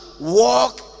walk